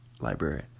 library